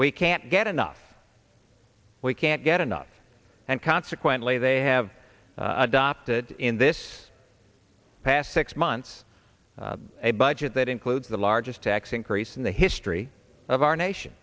we can't get enough we can't get enough and consequently they have adopted in this past six months a budget that includes the largest tax increase in the history of our nation